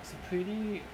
it's a pretty